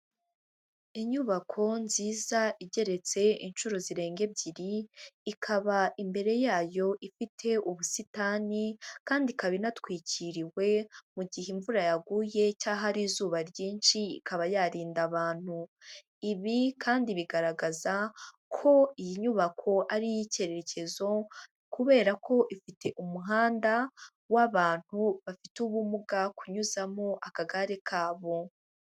Inyubako nziza igeretse inshuro zirenga ebyiri, ikaba imbere yayo ifite ubusitani kandi ikaba inatwikiriwe mu gihe imvura yaguye cya hari izuba ryinshi ikaba yarinda abantu. Ibi kandi bigaragaza ko iyi nyubako ari iy'icyerekezo kubera ko ifite umuhanda w'abantu bafite ubumuga kunyuzamo akagare kabo.